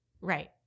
Right